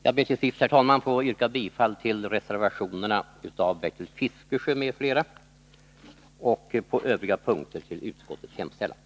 Jag ber till sist, herr talman, att få yrka bifall till reservationerna av Bertil Fiskesjö m.fl. och på övriga punkter till utskottets hemställan.